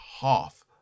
half